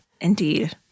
Indeed